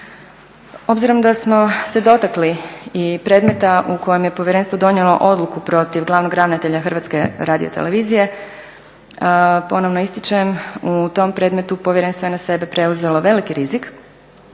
Obzirom da smo se dotakli i predmeta u kojem je povjerenstvo donijelo odluku protiv Glavnog ravnatelja HRT-a ponovno ističem u tom predmetu povjerenstvo je na sebe preuzelo veliki rizik.